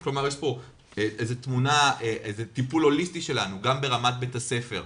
כלומר יש פה איזה טיפול הוליסטי שלנו גם ברמת בית הספר,